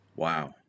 Wow